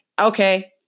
okay